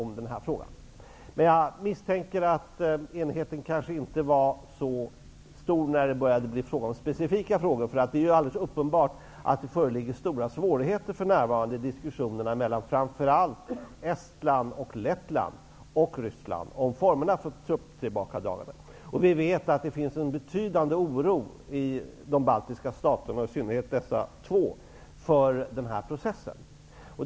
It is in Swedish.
Men jag misstänker att enigheten kanske inte var så stor när det började bli tal om specifika frågor, därför att det är helt uppenbart att det för närvarande föreligger stora svårigheter i diskussionerna mellan framför allt Estland och Lettland och Ryssland om formerna för trupptillbakadragandet. Vi vet att det finns en betydande oro i de baltiska staterna, i synnerhet i dessa två stater, för denna process.